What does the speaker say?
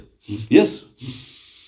Yes